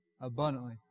abundantly